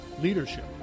Leadership